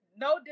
no